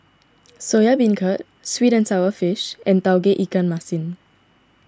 Soya Beancurd Sweet and Sour Fish and Tauge Ikan Masin